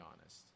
honest